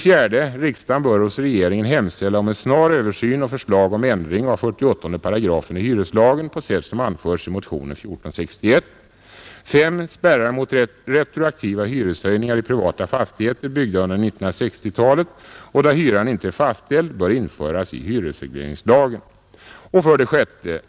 5. Spärrar mot retroaktiva hyreshöjningar i privata fastigheter, byggda under 1960-talet och där hyran inte är fastställd, bör införas i hyresregleringslagen. 6.